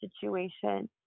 situation